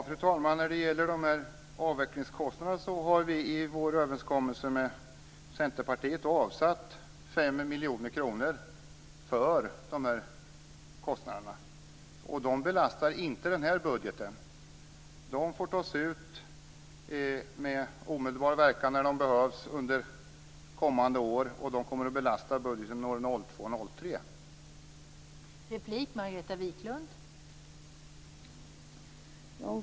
Fru talman! När det gäller avvecklingskostnaderna har vi i vår överenskommelse med Centerpartiet avsatt 5 miljoner kronor, och de belastar inte den här budgeten. De får tas ut med omedelbar verkan när de behövs under kommande år, och de kommer att belasta budgeten år 2002-2003.